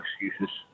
excuses